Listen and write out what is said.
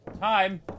time